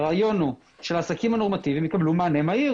הרעיון הוא שהעסקים הנורמטיביים יקבלו מענה מהיר